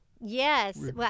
Yes